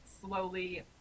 slowly